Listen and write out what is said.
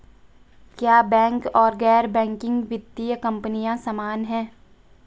क्या बैंक और गैर बैंकिंग वित्तीय कंपनियां समान हैं?